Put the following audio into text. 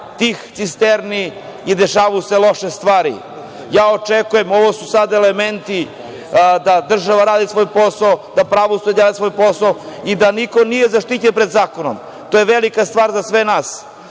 tih cisterni i dešavaju se loše stvari. Očekujem da, ovo su sada elementi, država radi svoj posao, da pravosuđe radi svoj posao i da niko nije zaštićen pred zakonom. To je velika stvar za sve nas,